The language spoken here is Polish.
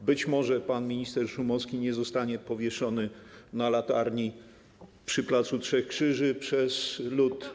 być może pan minister Szumowski nie zostanie powieszony na latarni przy placu Trzech Krzyży przez lud Warszawy.